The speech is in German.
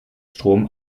strom